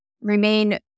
remain